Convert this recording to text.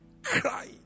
Cry